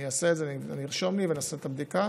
אני אעשה, אני ארשום לי ואני אעשה את הבדיקה,